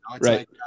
Right